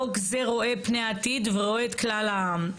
חוק זה רואה פני עתיד ורואה את כלל העם.